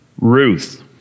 Ruth